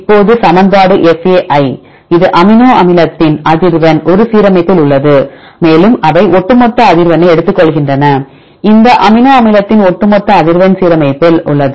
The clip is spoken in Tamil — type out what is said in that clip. இப்போது சமன்பாடு fa இது அமினோ அமிலத்தின் அதிர்வெண் ஒரு சீரமைப்பில் உள்ளது மேலும் அவை ஒட்டுமொத்த அதிர்வெண்ணை எடுத்துக்கொள்கின்றன இந்த அமினோ அமிலத்தின் ஒட்டுமொத்த அதிர்வெண் சீரமைப்பில் உள்ளது